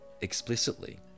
explicitly